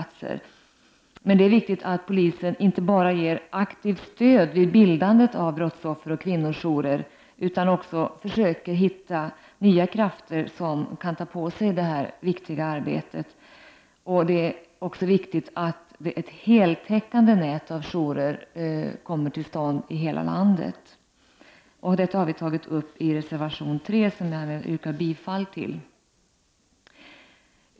Det är viktigt att polisen inte bara ger aktivt stöd vid bildandet av brottsofferoch kvinnojourer utan också försöker hitta nya krafter som kan ta på sig detta betydelsefulla arbete. Det är också viktigt att ett heltäckande nät av jourer kommer till stånd i hela landet. Detta har vi tagit upp i reservation nr 3, som jag nu yrkar bifall till.